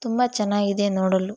ತುಂಬ ಚೆನ್ನಾಗಿದೆ ನೋಡಲು